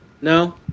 No